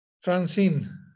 Francine